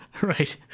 Right